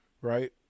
right